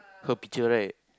her picture right